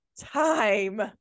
time